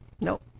Nope